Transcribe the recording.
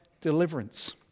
deliverance